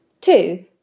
two